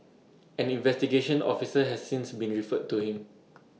an investigation officer has since been referred to him